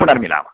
पुनर्मिलामः